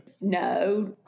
No